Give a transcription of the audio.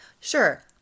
Sure